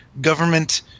government